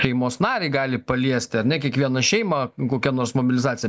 šeimos narį gali paliesti ar ne kiekvieną šeimą kokia nors mobilizacija